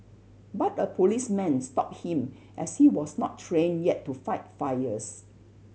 but a policeman stopped him as he was not trained yet to fight fires